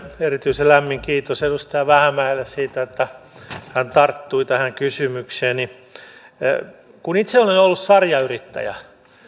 erityisen lämmin kiitos edustaja vähämäelle siitä että hän tarttui tähän kysymykseeni itse olen ollut sarjayrittäjä